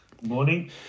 Morning